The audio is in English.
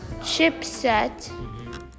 chipset